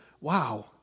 wow